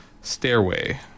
Stairway